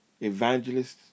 evangelists